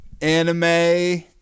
anime